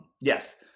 Yes